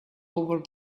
over